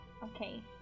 Okay